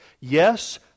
Yes